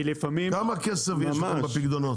כמה כסף מונח בפיקדונות?